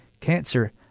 cancer